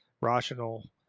rational